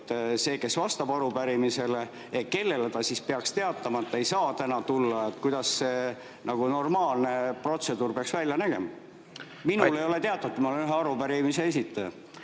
See, kes vastab arupärimisele, kellele ta siis peaks teatama, et ta ei saa täna tulla? Kuidas see normaalne protseduur peaks välja nägema? Minule ei ole [sellest] teatatud. Ma olen ühe arupärimise esitaja.